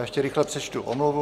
Ještě rychle přečtu omluvu.